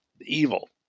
evil